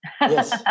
Yes